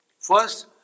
First